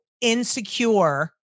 insecure